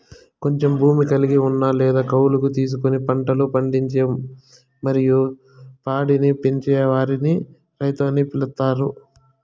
కొంచెం భూమి కలిగి ఉన్న లేదా కౌలుకు తీసుకొని పంటలు పండించి మరియు పాడిని పెంచే వారిని రైతు అని పిలుత్తారు